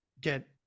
get